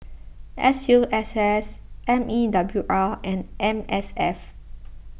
S U S S M E W R and M S F